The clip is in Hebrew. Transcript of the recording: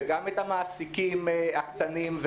גם את המעסיקים הקטנים,